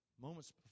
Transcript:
moments